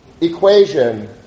equation